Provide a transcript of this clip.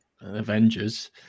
Avengers